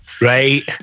Right